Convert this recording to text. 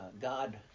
God